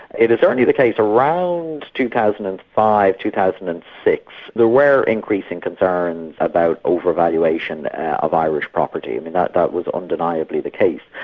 it is certainly the case around two thousand and five, two thousand and six, there were increasing concerns about over-valuation of irish property, and and that that was undeniably the case.